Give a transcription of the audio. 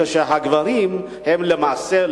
כאשר הגברים הם למעשה,